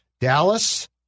Dallas